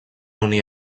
unir